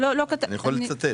אני יכול לצטט.